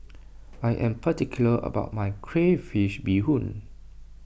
I am particular about my Crayfish BeeHoon